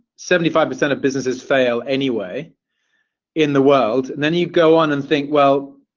seventy five percent of businesses fail anyway in the world, then you go on and think, well,